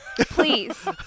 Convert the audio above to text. please